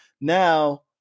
now